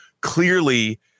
clearly